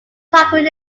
tarquin